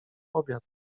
obiad